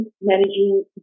managing